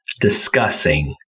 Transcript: discussing